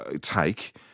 take